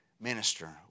minister